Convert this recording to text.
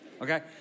Okay